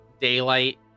daylight